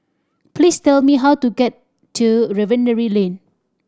please tell me how to get to Refinery Lane